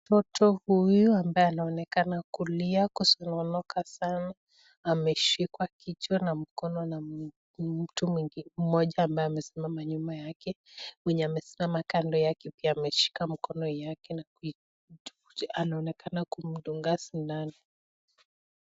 Mtoto huyu ambaye anaonekana kulia kusononeka sana ameshikwa kichwa na mkono na mtu mmoja ambaye amesimama nyuma yake. Mwenye amesimama kando yake pia ameshika mkono yake na anaonekana kumdunga sindano.